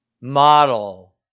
model